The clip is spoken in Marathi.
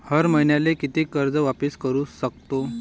हर मईन्याले कितीक कर्ज वापिस करू सकतो?